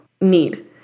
need